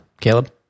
Caleb